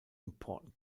important